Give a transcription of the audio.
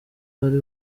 bari